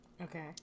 okay